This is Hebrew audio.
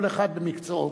כל אחד במקצועו.